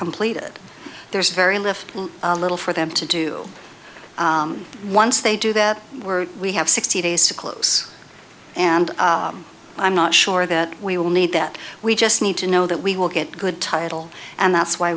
completed there's very lift little for them to do once they do that we're we have sixty days to close and i'm not sure that we will need that we just need to know that we will get good title and that's why